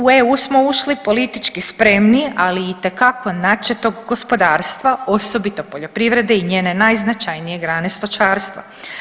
U EU smo ušli politički spremni, ali itekako načetog gospodarstva, osobito poljoprivrede i njene najznačajnije grane stočarstva.